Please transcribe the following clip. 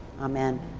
Amen